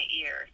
ear